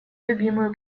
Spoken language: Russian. любимую